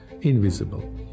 invisible